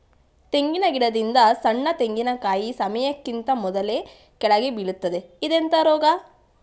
ತೆಂಗಿನ ಗಿಡದಿಂದ ಸಣ್ಣ ತೆಂಗಿನಕಾಯಿ ಸಮಯಕ್ಕಿಂತ ಮೊದಲೇ ಕೆಳಗೆ ಬೀಳುತ್ತದೆ ಇದೆಂತ ರೋಗ?